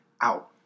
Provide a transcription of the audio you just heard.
out